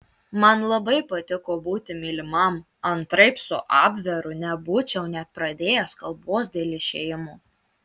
man labai patiko būti mylimam antraip su abveru nebūčiau net pradėjęs kalbos dėl išėjimo